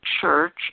church